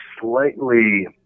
slightly